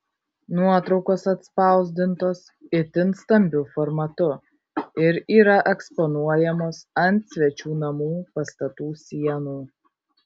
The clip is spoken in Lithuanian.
nuotraukos atspausdintos itin stambiu formatu ir yra eksponuojamos ant svečių namų pastatų sienų